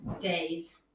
days